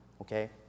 okay